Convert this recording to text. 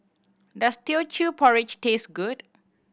does Teochew Porridge taste good